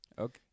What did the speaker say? Okay